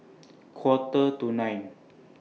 Quarter to nine